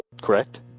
correct